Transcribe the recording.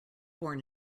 born